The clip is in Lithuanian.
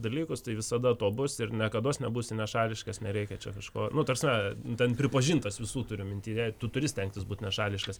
dalykus tai visada to bus ir niekados nebūsi nešališkas nereikia čia kažko nu ta prasme ten pripažintas visų turiu mintyje tu turi stengtis būt nešališkas